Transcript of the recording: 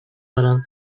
баран